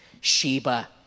Sheba